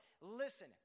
Listen